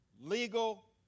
legal